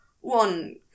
One